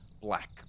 black